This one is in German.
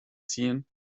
ziehen